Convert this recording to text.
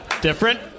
different